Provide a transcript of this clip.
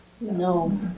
No